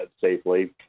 safely